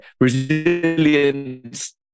resilience